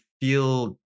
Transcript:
feel